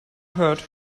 heard